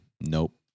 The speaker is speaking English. Nope